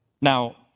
Now